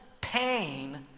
pain